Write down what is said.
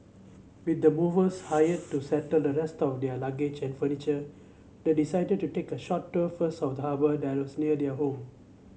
with the movers hired to settle the rest of their luggage and furniture they decided to take a short tour first of the harbour that was near their home